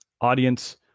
audience